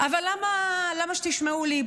אבל למה שתשמעו לי?